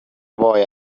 boy